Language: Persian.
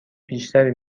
بیشتری